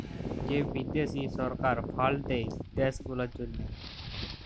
যে বিদ্যাশি সরকার ফাল্ড দেয় দ্যাশ গুলার জ্যনহে